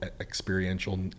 experiential